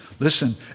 Listen